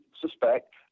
suspect